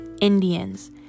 Indians